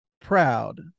proud